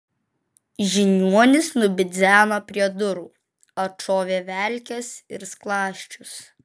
žiniuonis nubidzeno prie durų atšovė velkes ir skląsčius